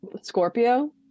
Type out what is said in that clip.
Scorpio